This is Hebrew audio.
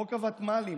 חוק הוותמ"לים.